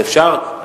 אפשר,